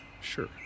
Sure